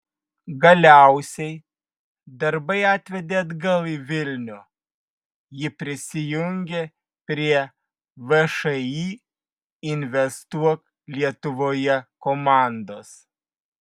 galiausiai darbai atvedė atgal į vilnių ji prisijungė prie všį investuok lietuvoje komandos